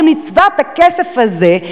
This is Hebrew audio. אם נצבע את הכסף הזה,